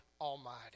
Almighty